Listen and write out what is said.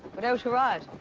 without your rod?